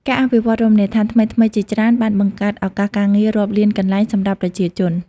ការអភិវឌ្ឍន៍រមណីយដ្ឋានថ្មីៗជាច្រើន បានបង្កើត ឱកាសការងាររាប់ពាន់កន្លែង សម្រាប់ប្រជាជន។